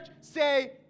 say